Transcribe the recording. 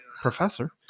professor